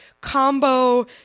combo